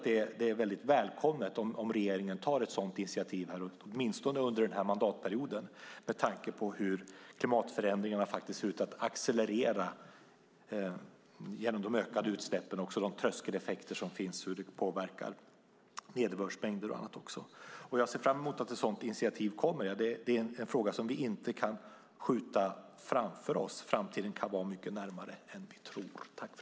Det är väldigt välkommet om regeringen tar ett sådant initiativ åtminstone under den här mandatperioden med tanke på hur klimatförändringarna ser ut att accelerera genom de ökade utsläppen och genom tröskeleffekter som påverkar nederbördsmängder och annat. Jag ser fram emot att ett sådant initiativ kommer. Det är en fråga som vi inte kan skjuta framför oss. Framtiden kan vara mycket närmare än vi tror.